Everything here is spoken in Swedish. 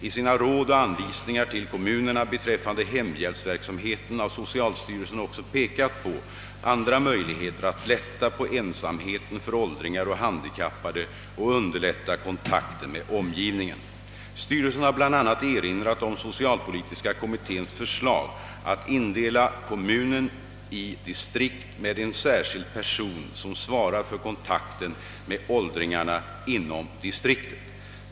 I sina råd och anvisningar till kommunerna beträffande hemhjälpsverksamheten har socialstyrelsen också pekat på andra möjligheter att lätta på ensamheten för åldringar och handikappade och underlätta kontakten med omgivningen. Styrelsen har bl.a. erinrat om socialpolitiska kommitténs förslag att indela kommunen i distrikt med en särskild person som svarar för kontakten med åldringarna inom distriktet.